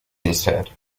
instead